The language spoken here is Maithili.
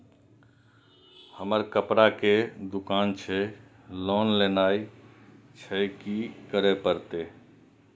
हमर कपड़ा के दुकान छे लोन लेनाय छै की करे परतै?